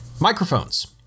microphones